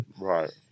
Right